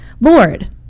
Lord